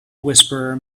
whisperer